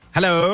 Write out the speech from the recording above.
Hello